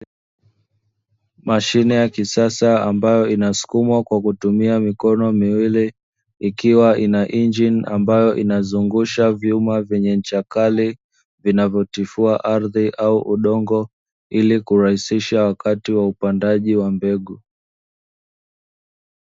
Mashine ya kisasa ambayo inasukumwa kwa kutumia mikono miwili ikiwa ina ingini ambayo inazungusha vyuma vyenye ncha kali vinavyotifua ardhi au udongo ili kurahisisha wakati wa upandaji wa mbegu.